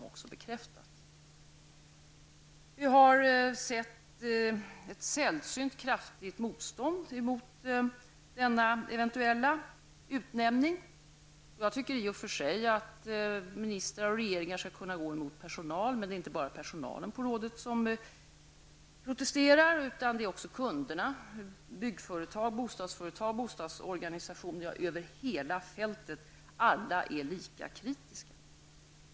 Det har varit ett sällsynt kraftigt motstånd mot denna eventuella utnämning. Jag tycker i och för sig att ministrar och regeringar skall kunna gå emot personal, men det är inte bara personalen på rådet som protesterar utan också kunderna -- byggföretag, bostadsföretag, bostadsorganisationer, alla över hela fältet är lika kritiska.